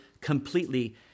completely